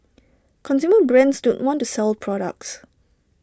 consumer brands don't want to sell products